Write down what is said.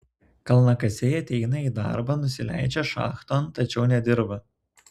kalnakasiai ateina į darbą nusileidžia šachton tačiau nedirba